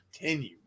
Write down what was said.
continue